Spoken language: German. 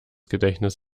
gedächtnis